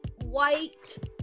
white